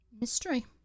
Mystery